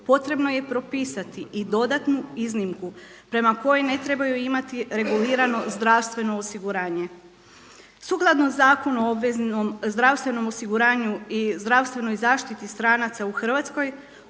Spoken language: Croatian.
potrebno je propisati i dodatnu iznimku prema kojoj ne trebaju imati regulirano zdravstveno osiguranje. Sukladno Zakon u o obveznom zdravstvenom osiguranju i zdravstvenoj zaštiti stranaca u Hrvatskoj